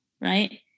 right